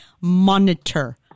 monitor